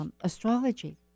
astrology